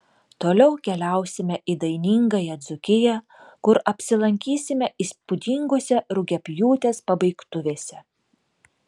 toliau keliausime į dainingąją dzūkiją kur apsilankysime įspūdingose rugiapjūtės pabaigtuvėse